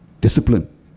discipline